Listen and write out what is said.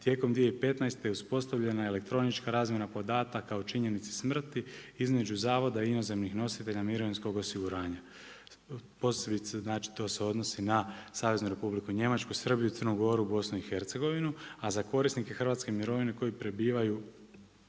tijekom 2015. uspostavljena je elektronička razmjena podataka o činjenici smrti između zavoda i inozemnih nositelja mirovinskog osiguranja. Posebice znači to se odnosi na Saveznu Republiku Njemačku, Srbiju, Crnu Goru, BiH a za korisnike hrvatske mirovine koji prebivaju